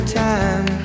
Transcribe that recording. time